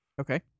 Okay